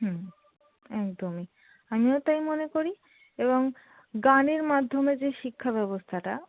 হুম একদমই আমিও তাই মনে করি এবং গানের মাধ্যমে যে শিক্ষা ব্যবস্থাটা